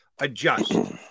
adjust